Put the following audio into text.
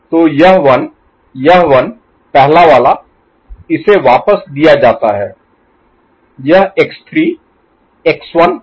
तो यह 1 यह 1 पहला वाला इसे वापस दिया जाता है यह x3 x1 है